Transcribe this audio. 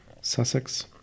Sussex